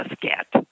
get